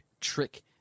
trick